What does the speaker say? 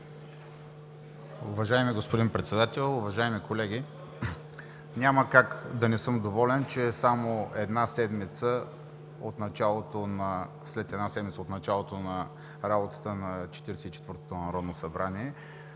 Уважаеми господин Председател, уважаеми колеги! Няма как да не съм доволен, че само една седмица след началото на Четиридесет и четвъртото народно събрание